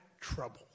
trouble